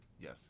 yes